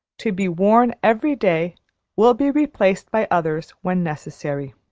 to be worn every day will be replaced by others when necessary.